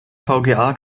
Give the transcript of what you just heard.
vga